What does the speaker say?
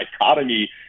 dichotomy